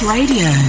Radio